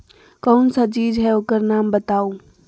कौन सा चीज है ओकर नाम बताऊ?